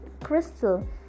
crystal